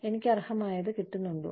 എനിക്ക് അർഹമായത് കിട്ടുന്നുണ്ടോ